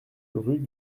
rue